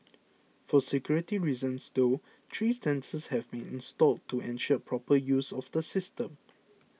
for security reasons though three sensors have been installed to ensure proper use of the system